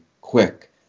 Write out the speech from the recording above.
quick